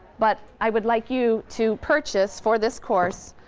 but i would like you to purchase for this course